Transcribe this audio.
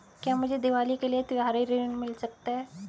क्या मुझे दीवाली के लिए त्यौहारी ऋण मिल सकता है?